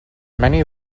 many